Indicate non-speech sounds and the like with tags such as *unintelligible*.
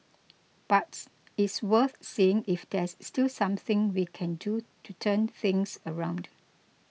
but *unintelligible* it's worth seeing if there's still something we can do to turn things around